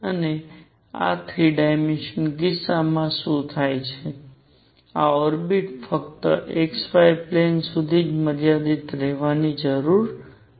અને આ 3 ડાયમેન્શનલ કિસ્સામાં શું થાય છે આ ઓર્બિટ્સ ફક્ત x y પ્લેન સુધી મર્યાદિત રહેવાની જરૂર નથી